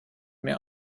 mehr